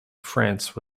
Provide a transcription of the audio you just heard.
france